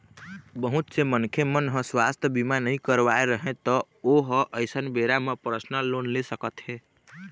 बहुत से मनखे मन ह सुवास्थ बीमा नइ करवाए रहय त ओ ह अइसन बेरा म परसनल लोन ले सकत हे